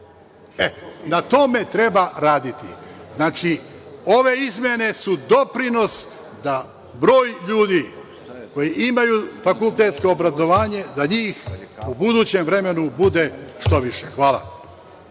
na tome treba raditi. Znači, ove izmene su doprinos da broj ljudi koji imaju fakultetsko obrazovanje, da njih u budućem vremenu bude što više. Hvala.